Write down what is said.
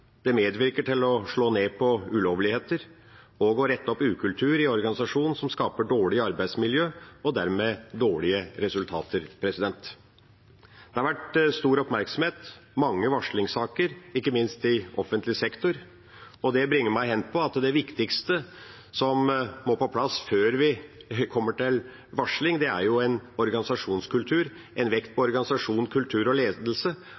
Det medvirker til å slå ned på ulovligheter og å rette opp ukultur i organisasjonen som skaper dårlig arbeidsmiljø og dermed dårlige resultater. Det har vært stor oppmerksomhet og mange varslingssaker, ikke minst i offentlig sektor. Det bringer meg inn på at det viktigste som må på plass før det kommer til varsling, er en organisasjonskultur, en vekt på organisasjon, kultur og ledelse,